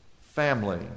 family